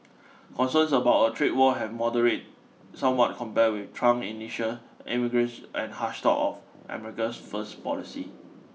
concerns about a trade war have moderated somewhat compared with Trump's initial emergence and harsh talk of America first policy